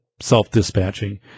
self-dispatching